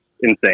insane